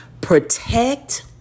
Protect